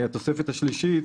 בתוספת השלישית,